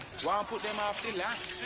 ah put them off the land.